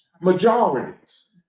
majorities